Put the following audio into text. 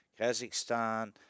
Kazakhstan